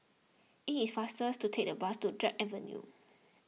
it is faster to take the bus to Drake Avenue